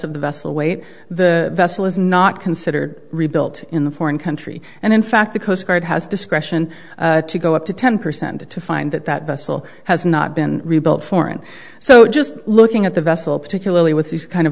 of the vessel weight the vessel is not considered rebuilt in the foreign country and in fact the coast guard has discretion to go up to ten percent to find that that vessel has not been rebuilt foreign so just looking at the vessel particularly with these kind of